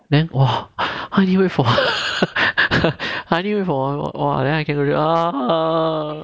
then !wah! I need to wait for I need to wait for one then I cannot go already ah